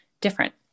different